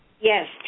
Yes